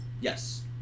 Yes